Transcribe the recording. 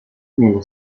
nello